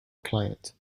client